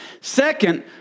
Second